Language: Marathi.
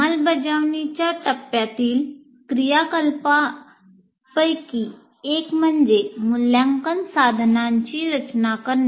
अंमलबजावणीच्या टप्प्यातील क्रियाकलापांपैकी एक म्हणजे मूल्यांकन साधनांची रचना करणे